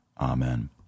Amen